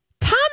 Tom